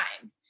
time